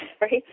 Right